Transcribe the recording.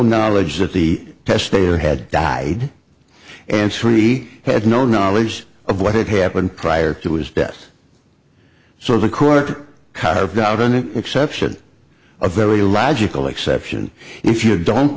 knowledge that the test player had died and three he had no knowledge of what had happened prior to his death so the court carved out an exception a very logical exception if you don't